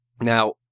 Now